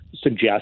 suggest